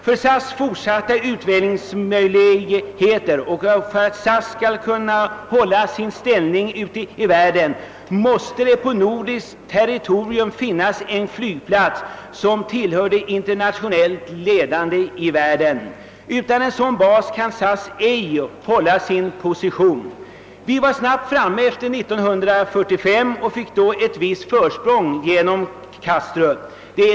För att SAS skall kunna fortsätta sin utveckling och hålla sin ställning ute i världen måste det på nordiskt territorium finnas en flygplats som tillhör de internationellt ledande. Utan en sådan bas kan SAS ej hålla sin position. Vi var snabbt framme efter 1945 och fick då ett visst försprång genom Kastrup.